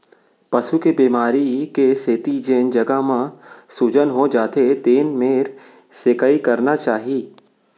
पसू के बेमारी के सेती जेन जघा म सूजन हो जाथे तेन मेर सेंकाई करना चाही